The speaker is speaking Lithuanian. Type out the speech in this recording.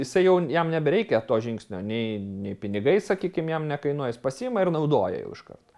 jisai jau jam nebereikia tuo žingsnio nei nei pinigais sakykim jam nekainuoja jis pasiima ir naudoja jau iš karto